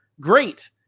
great